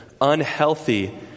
unhealthy